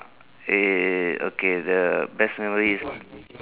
eh okay the best memories is